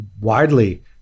widely